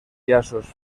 llaços